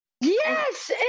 Yes